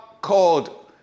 called